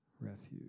refuge